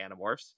Animorphs